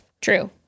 True